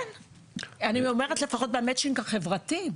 אני אומרת לפחות במצ'ינג החברתי,